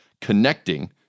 connecting